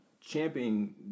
champion